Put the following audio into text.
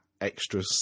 extra